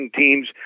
teams